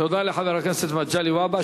תודה לחבר הכנסת מגלי והבה.